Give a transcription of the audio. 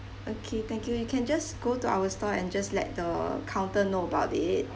okay thank you you can just go to our store and just let the counter know about it